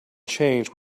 changed